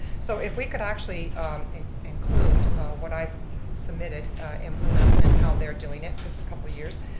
so if we could actually include what i've submitted in blue mountain and how they're doing it, for a couple years,